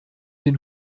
den